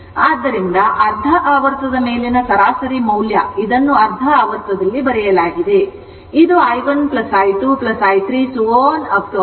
ಆದ್ದರಿಂದ ಅರ್ಧ ಆವರ್ತದ ಮೇಲಿನ ಸರಾಸರಿ ಮೌಲ್ಯ ಇದನ್ನು ಅರ್ಧ ಆವರ್ತದಲ್ಲಿ ಬರೆಯಲಾಗಿದೆ ಇದು i1 i2 i3